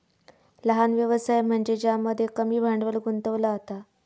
लहान व्यवसाय म्हनज्ये ज्यामध्ये कमी भांडवल गुंतवला जाता